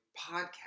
podcast